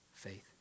faith